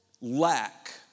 lack